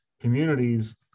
communities